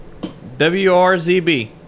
WRZB